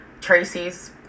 Tracy's